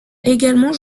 également